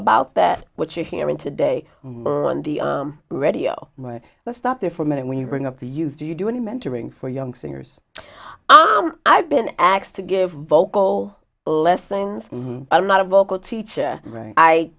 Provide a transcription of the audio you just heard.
about that what you're hearing today on the radio right let's stop there for a minute when you bring up the use do you do any mentoring for young singers i've been asked to give vocal lessons i'm not a vocal teacher right i